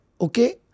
okay